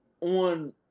On